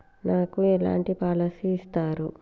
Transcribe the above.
నాకు ఎలాంటి పాలసీ ఇస్తారు?